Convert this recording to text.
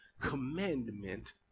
commandment